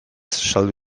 saldu